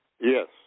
yes